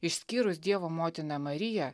išskyrus dievo motiną mariją